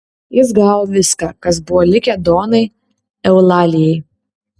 jis gavo viską kas buvo likę donai eulalijai